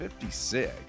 56